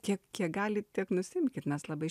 kiek kiek gali tiek nusiimkit mes labai